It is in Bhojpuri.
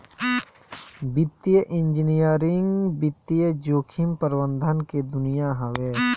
वित्तीय इंजीनियरिंग वित्तीय जोखिम प्रबंधन के दुनिया हवे